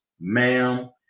ma'am